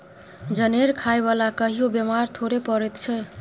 जनेर खाय बला कहियो बेमार थोड़े पड़ैत छै